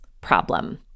problem